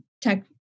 tech